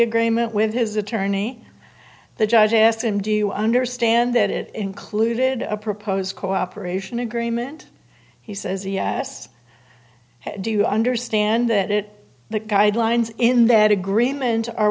agreement with his attorney the judge asked him do you understand that it included a proposed cooperation agreement he says yes do you understand that it the guidelines in that agreement